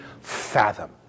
fathom